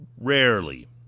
rarely